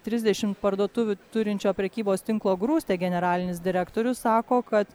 trisdešimt parduotuvių turinčio prekybos tinklo grūstė generalinis direktorius sako kad